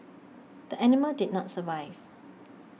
the animal did not survive